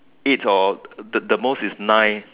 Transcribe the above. eight or the the most is nine